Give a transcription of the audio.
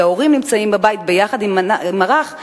כי ההורים נמצאים בבית יחד עם הילד הרך,